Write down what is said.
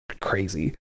crazy